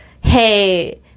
hey